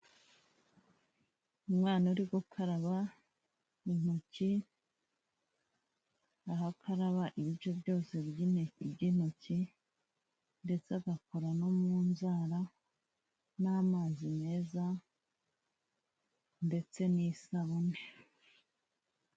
Umwana uri gukaraba intoki, aho akaraba ibice byose by'intoki ndetse agakora no mu nzara n'amazi meza ndetse n'isabune.